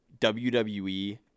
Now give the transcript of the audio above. WWE